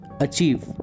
achieve